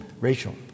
Rachel